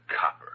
copper